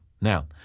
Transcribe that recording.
Now